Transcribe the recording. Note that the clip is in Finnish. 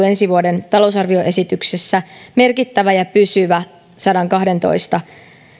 ensi vuoden talousarvioesityksessä merkittävä ja pysyvä sadankahdentoista